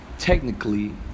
Technically